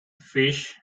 fish